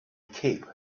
cape